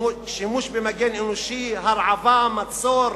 שימוש במגן אנושי, הרעבה, מצור,